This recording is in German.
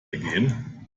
ergehen